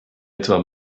etwa